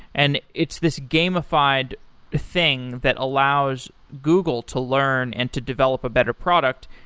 and it's this gamified thing that allows google to learn and to develop a better product.